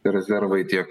rezervai tiek